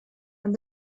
and